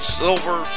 silver